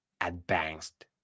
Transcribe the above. advanced